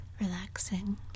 relaxing